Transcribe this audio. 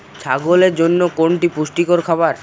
ছাগলের জন্য কোনটি পুষ্টিকর খাবার?